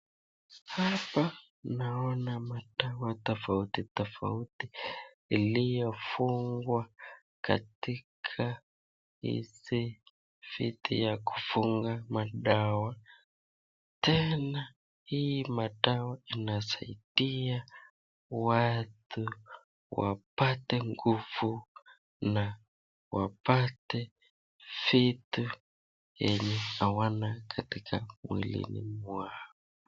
Hapa naona madawa tofauti tofauti iliyofungwa katika hizi viti ya kufunga madawa tena hii madawa inasaidia watu wapate nguvu na wapate vitu yenye hawana katika mwilini mwao.